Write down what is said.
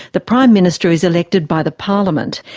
the prime minister is elected by the parliament.